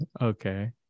Okay